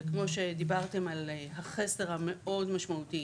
וכמו שדיברתם על החסר המאוד משמעותי